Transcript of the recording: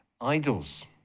idols